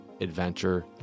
adventure